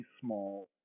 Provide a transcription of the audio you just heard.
small